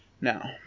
Now